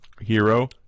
hero